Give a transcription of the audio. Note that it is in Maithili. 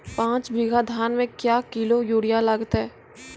पाँच बीघा धान मे क्या किलो यूरिया लागते?